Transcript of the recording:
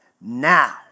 now